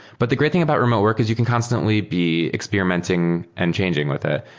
but the great thing about remote work is you can constantly be experimenting and changing with ah